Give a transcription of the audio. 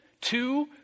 Two